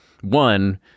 One